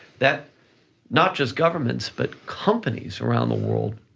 that not just governments, but companies around the world,